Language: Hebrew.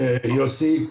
יוסי,